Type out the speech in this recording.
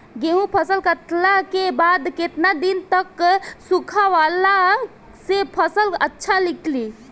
गेंहू फसल कटला के बाद केतना दिन तक सुखावला से फसल अच्छा निकली?